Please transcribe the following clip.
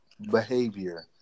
behavior